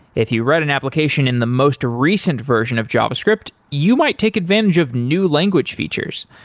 if you write an application in the most recent version of javascript, you might take advantage of new language features.